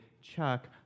Chuck